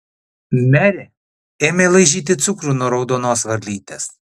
merė ėmė laižyti cukrų nuo raudonos varlytės